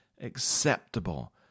acceptable